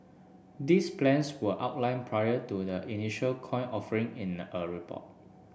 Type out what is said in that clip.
these plans were outlined prior to the initial coin offering in a report